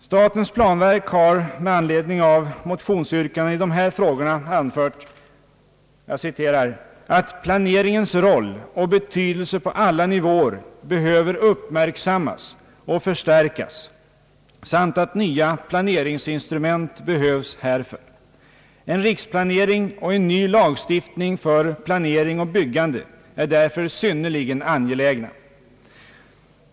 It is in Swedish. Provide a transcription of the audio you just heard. Statens planverk har med anledning av motionsyrkandena i dessa frågor anfört »att planeringens roll och betydelse på alla nivåer behöver uppmärk sammas och förstärkas samt att nya planeringsinstrument behövs härför. En riksplanering och en ny lagstiftning för planering och byggande är därför Ssynnerligen angelägna.